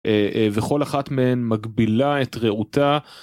וכל אחת מהן מגבילה את רעותה.